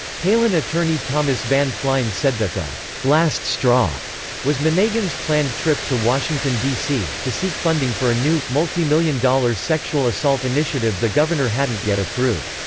palin attorney thomas van flein said that the last straw was monegan's planned trip to washington d c, to seek funding for a new, multimillion-dollar sexual assault initiative the governor hadn't yet approved.